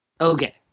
Okay